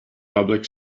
public